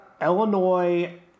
Illinois